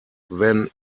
than